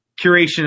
curation